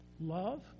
Love